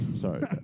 Sorry